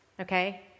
okay